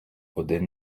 один